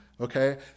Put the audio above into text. okay